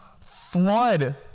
flood